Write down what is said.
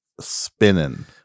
spinning